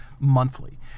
monthly